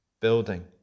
building